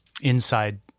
inside